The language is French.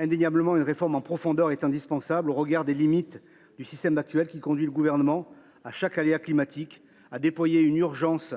Indéniablement, une réforme en profondeur est indispensable au regard des limites du système actuel, qui conduit le Gouvernement, à chaque aléa climatique, à déployer en urgence